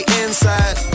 inside